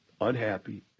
unhappy